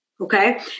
Okay